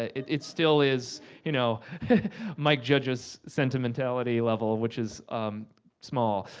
it it still is you know mike judge's sentimentality level which is small,